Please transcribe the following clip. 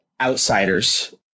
outsiders